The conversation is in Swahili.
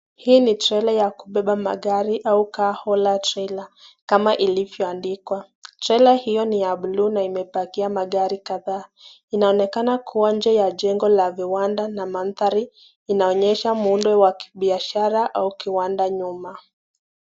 Hii ni trela ya kubeba magari au car hauler trailer kama ilivyoandikwa. Trela hiyo ni ya blue na imepakia magari kadhaa. Inaonekana kuwa nje ya jengo la viwanda na mandhari inaonyesha muundo wa kibiashara au kiwanda nyuma.